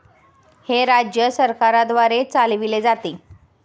हे राज्य सरकारद्वारे चालविले जाते